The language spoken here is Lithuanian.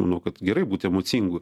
manau kad gerai būti emocingu